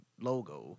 logo